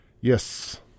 Yes